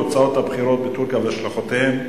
תוצאות הבחירות בטורקיה והשלכותיהן.